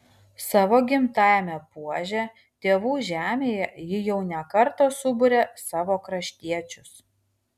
savo gimtajame puože tėvų žemėje ji jau ne kartą suburia savo kraštiečius